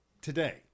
today